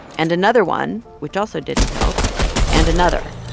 and another one, which also didn't help and another.